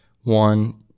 one